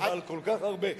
שסבל כל כך הרבה,